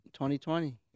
2020